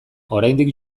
oraindik